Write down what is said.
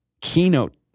Keynote